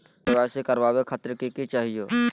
KYC करवावे खातीर कि कि चाहियो?